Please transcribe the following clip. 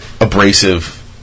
abrasive